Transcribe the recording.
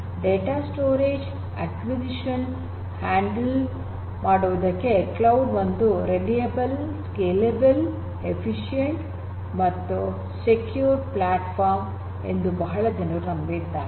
data ಸಂಗ್ರಹಣೆ acquisition ಮತ್ತು ನಿರ್ವಹಣೆ ಮಾಡುವುದಕ್ಕೆ ಕ್ಲೌಡ್ ಒಂದು ವಿಶ್ವಾಸಾರ್ಹ ಸ್ಕೇಲೆಬಲ್ ದಕ್ಷ ಮತ್ತು ಸೆಕ್ಯೂರ್ ಪ್ಲಾಟ್ಫಾರ್ಮ್ ಎಂದು ಬಹಳ ಜನರು ನಂಬಿದ್ದಾರೆ